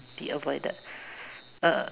be avoided uh